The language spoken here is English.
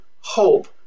hope